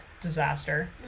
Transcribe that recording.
disaster